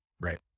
Right